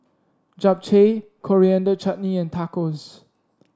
Japchae Coriander Chutney and Tacos